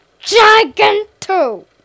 GIGANTO